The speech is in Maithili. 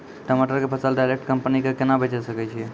टमाटर के फसल डायरेक्ट कंपनी के केना बेचे सकय छियै?